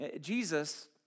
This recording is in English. Jesus